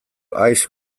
ice